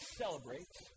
celebrates